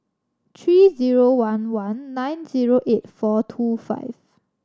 three zero one one nine zero eight four two five